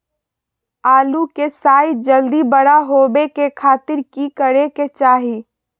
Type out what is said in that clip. आलू के साइज जल्दी बड़ा होबे के खातिर की करे के चाही?